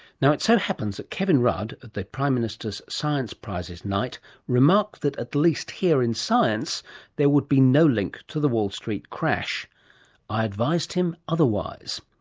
it so happens that kevin rudd at the prime minister's science prizes night remarked that at least here in science there would be no link to the wall street crash. i advised him otherwise.